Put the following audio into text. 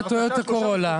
טויוטה קורולה,